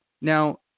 Now